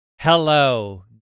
Hello